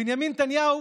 בנימין נתניהו,